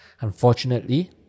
Unfortunately